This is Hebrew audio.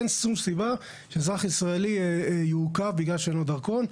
אין שום סיבה שאזרח ישראלי יעוכב בגלל שאין לו דרכון.